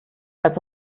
als